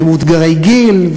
ומאותגרי גיל,